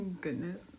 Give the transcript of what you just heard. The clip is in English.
Goodness